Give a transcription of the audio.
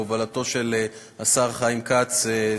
בהובלתו של השר חיים כץ,